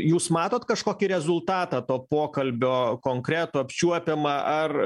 jūs matot kažkokį rezultatą to pokalbio konkretų apčiuopiamą ar